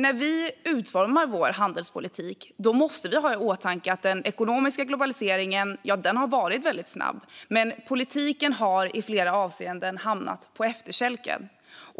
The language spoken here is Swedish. När vi utformar vår handelspolitik måste vi dock ha i åtanke att den ekonomiska globaliseringen har gått väldigt snabbt men att politiken i flera avseenden har hamnat på efterkälken.